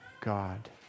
God